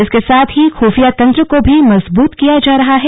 इसके साथ ही खुफिया तंत्र को भी मजबूत किया जा रहा है